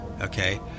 okay